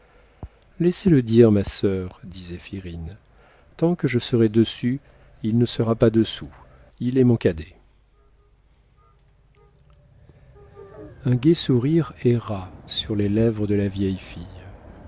laissez-le dire ma sœur dit zéphirine tant que je serai dessus il ne sera pas dessous il est mon cadet un gai sourire erra sur les lèvres de la vieille fille